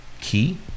key